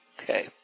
Okay